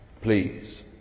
please